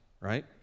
right